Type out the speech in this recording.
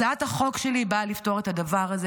הצעת החוק שלי ושל מיכל באה לפתור את הדבר הזה